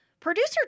Producer